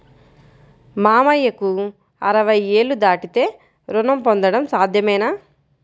మామయ్యకు అరవై ఏళ్లు దాటితే రుణం పొందడం సాధ్యమేనా?